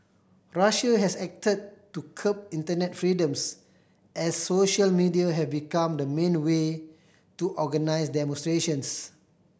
Russia has acted to curb internet freedoms as social media have become the main way to organise demonstrations